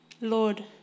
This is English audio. Lord